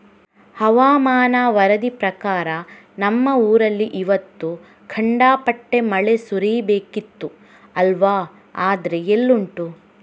ಹವಾಮಾನ ವರದಿ ಪ್ರಕಾರ ನಮ್ಮ ಊರಲ್ಲಿ ಇವತ್ತು ಖಂಡಾಪಟ್ಟೆ ಮಳೆ ಸುರೀಬೇಕಿತ್ತು ಅಲ್ವಾ ಆದ್ರೆ ಎಲ್ಲುಂಟು